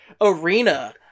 arena